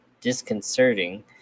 disconcerting